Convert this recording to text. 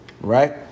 Right